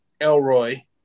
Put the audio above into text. Elroy